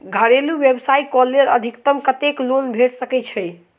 घरेलू व्यवसाय कऽ लेल अधिकतम कत्तेक लोन भेट सकय छई?